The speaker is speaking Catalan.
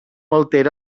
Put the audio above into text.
altera